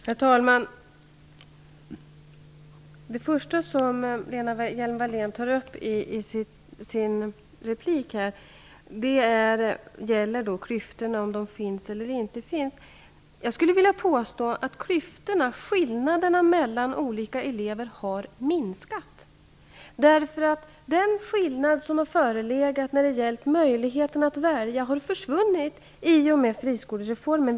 Herr talman! Det första som Lena Hjelm-Wallén tar upp i sitt anförande gäller om klyftorna finns eller inte finns. Jag skulle vilja påstå att klyftorna, skillnaderna mellan olika elever, har minskat. Den skillnad som har förelegat när det har gällt möjligheten att välja har försvunnit i och med friskolereformen.